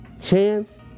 Chance